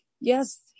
Yes